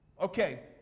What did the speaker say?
okay